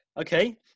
Okay